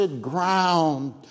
ground